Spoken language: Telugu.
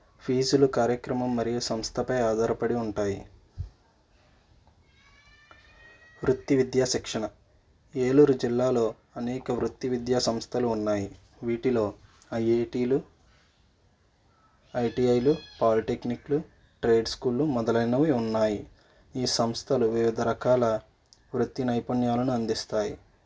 ఫీజులు కార్యక్రమం మరియు సంస్థపై ఆధారపడి ఉంటాయి వృత్తి విద్యా శిక్షణ ఏలూరు జిల్లాలో అనేక వృత్తి విద్యాసంస్థలు ఉన్నాయి వీటిలో ఐఐటీలు ఐటిఐలు పాలిటెక్నిక్లు ట్రేడ్ స్కూల్లు మొదలైనవి ఉన్నాయి ఈ సంస్థలు వివిధ రకాల వృత్తి నైపుణ్యాలను అందిస్తాయి